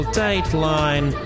dateline